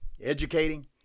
Educating